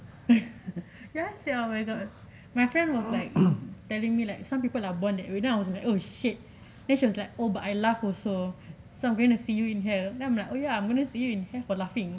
ya sia my god my friend was like telling me like some people are born that way then I was like oh shit then she was like oh but I laugh also so I'm gonna see you in here then I'm like oh ya I'm gonna see you in here for laughing